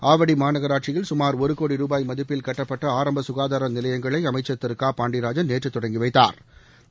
ஆவடி மாநகராட்சியில் சுமார் ஒரு கோடி ரூபாய் மதிப்பில் கட்டப்பட்ட ஆரம்ப சுகாதார நிலையங்களை அமைச்சர் திரு க பாண்டியராஜன் நேற்று தொடங்கி வைத்தாா்